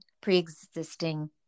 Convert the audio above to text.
pre-existing